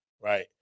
right